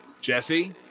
Jesse